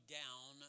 down